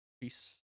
Peace